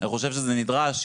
אני חושב שזה נדרש.